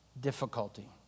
difficulty